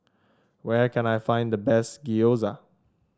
where can I find the best Gyoza